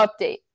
update